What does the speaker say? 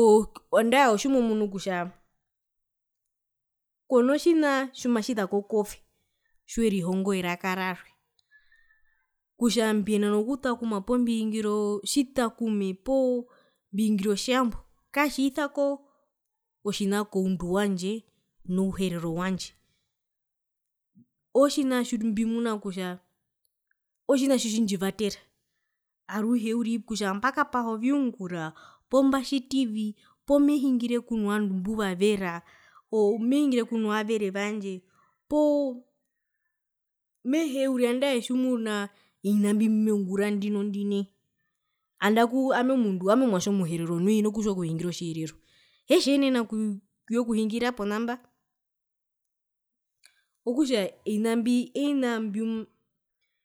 oo andae otjimomunu kutja kona tjina tjimatjizako kove tjiwerihongo ereka rarwe kutja mbiyenena okutakuma poo mbihingira oo otjitakume poo mbihingira otjambo katjiisako tjina koundu wandje nouherero wandje otjina tjimbimuna kutja otjina tjitji ndjivatera aruhe uriri kutja mbakapaha oviungura poo mbatjitivi poo mehingire kuno vandu mbuvavera oo a mehingire kuno vavere vandje poo mehee uriri andae tjimunaovina mbi mbimeungura ndinondi nai andaku hina ku ami omwatje omuherero nu hino kutjiwa okuhingira otjiherero hetje eenena okuyekuhungira ponamba okutja ovina mbi ovina mbinoo